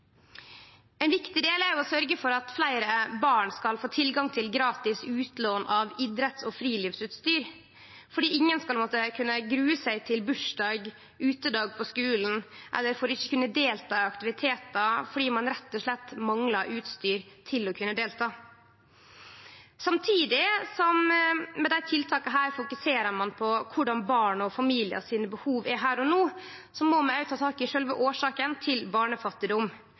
Ein viktig del er å sørgje for at fleire barn skal få tilgang til gratis utlån av idretts- og friluftsutstyr, for ingen skal måtte grue seg til bursdag, til utedag på skulen eller for ikkje å kunne delta i aktivitetar fordi dei rett og slett manglar utstyr. Samtidig som vi med desse tiltaka fokuserer på korleis behova til barn og familiar er her og no, må vi òg ta tak i sjølve årsaka til barnefattigdom,